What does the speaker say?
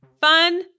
Fun